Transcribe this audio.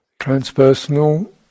transpersonal